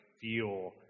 feel